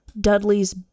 Dudley's